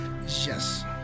Yes